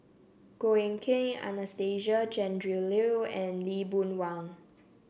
Goh Eck Kheng Anastasia Tjendri Liew and Lee Boon Wang